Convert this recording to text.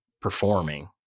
performing